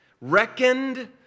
reckoned